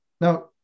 Now